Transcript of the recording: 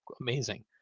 amazing